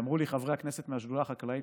אמרו לי חברי הכנסת מהשדולה החקלאית,